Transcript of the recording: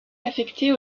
affectées